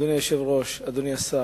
אדוני היושב-ראש, אדוני השר,